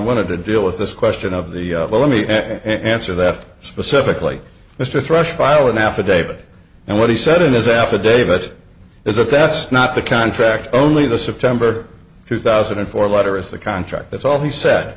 wanted to deal with this question of the well let me answer that specifically mr thrush file an affidavit and what he said in his affidavit is if that's not the contract only the september two thousand and four letter is the contract that's all he said